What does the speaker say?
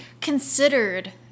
considered